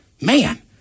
man